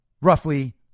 roughly